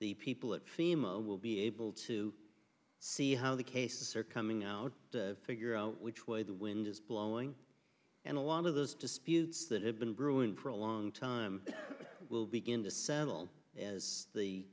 the people at fema will be able to see how the cases are coming out to figure out which way the wind is blowing and a lot of those disputes that have been brewing for a long time will begin to settle as the